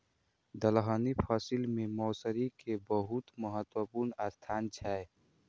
दलहनी फसिल मे मौसरी के बहुत महत्वपूर्ण स्थान छै